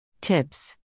Tips